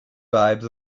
vibes